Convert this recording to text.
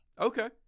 Okay